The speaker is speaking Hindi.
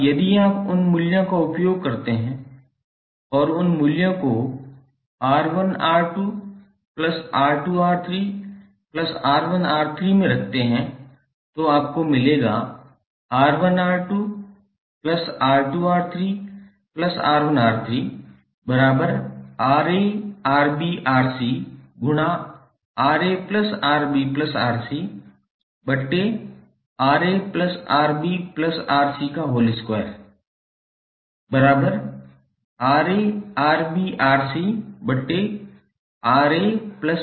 अब यदि आप उन मूल्यों का उपयोग करते हैं और उन मूल्यों को 𝑅1𝑅2𝑅2𝑅3𝑅1𝑅3 में रखते हैं तो आपको मिलेगा 𝑅1𝑅2𝑅2𝑅3𝑅1𝑅3𝑅𝑎𝑅𝑏𝑅𝑐𝑅𝑎𝑅𝑏𝑅𝑐𝑅𝑎𝑅𝑏𝑅𝑐2𝑅𝑎𝑅𝑏𝑅𝑐𝑅𝑎𝑅𝑏𝑅𝑐 यह सरल है